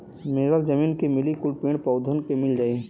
mineral जमीन के मिली कुल पेड़ पउधन के मिल जाई